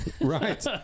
Right